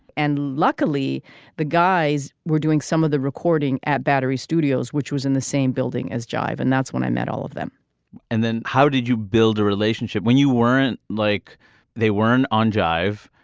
and luckily the guys were doing some of the recording at battery studios which was in the same building as jive and that's when i met all of them and then how did you build a relationship when you weren't like they weren't on jive.